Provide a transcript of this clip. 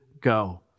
go